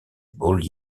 ball